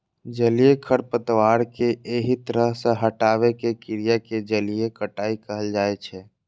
जलीय खरपतवार कें एहि तरह सं हटाबै के क्रिया कें जलीय कटाइ कहल जाइ छै